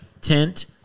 tent